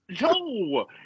no